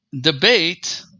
debate